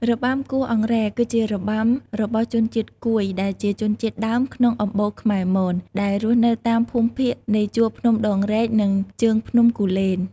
របាំគោះអង្រែ គឺជារបាំរបស់ជនជាតិគួយ ដែលជាជនជាតិដើមក្នុងអំបូរខ្មែរមន ដែលរស់នៅតាមភូមិភាគនៃជួរភ្នំដងរែកនិងជើងភ្នំគូលែន។